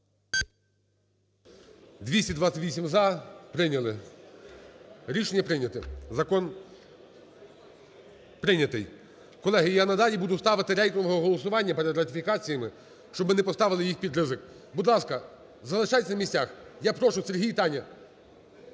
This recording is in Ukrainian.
За-228 Прийняли. Рішення прийнято, закон прийнятий. Колеги, я надалі буду ставити рейтингове голосування передратифікаціями, щоб ми не поставили їх під ризик. Будь ласка, залишайтеся на місцях. Я прошу, Сергій і Таня,